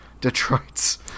Detroit's